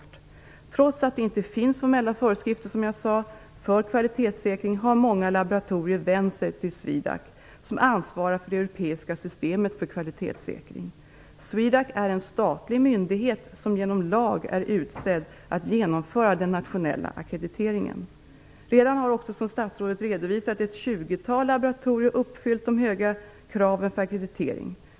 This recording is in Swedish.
Trots att det, som jag sagt, inte finns formella föreskrifter för kvalitetssäkring har många laboratorier vänt sig till SWEDAC, som ansvarar för det europeiska systemet för kvalitetssäkring. SWEDAC är en statlig myndighet som genom lag är utsedd att genomföra den nationella ackrediteringen. Redan har, som statsrådet också redovisar, ett tjugotal laboratorier uppfyllt de höga kraven för ackreditering.